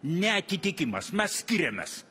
neatitikimas mes skiriamės